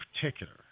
particular